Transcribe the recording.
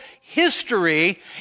history